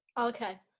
okay